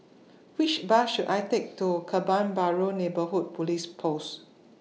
Which Bus should I Take to Kebun Baru Neighbourhood Police Post